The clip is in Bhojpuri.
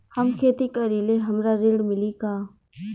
हम खेती करीले हमरा ऋण मिली का?